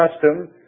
custom